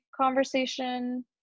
conversation